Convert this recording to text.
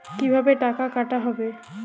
কিভাবে টাকা কাটা হবে?